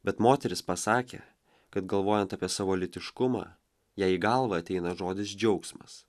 bet moteris pasakė kad galvojant apie savo lytiškumą jai į galvą ateina žodis džiaugsmas